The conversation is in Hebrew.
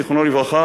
זיכרונו לברכה,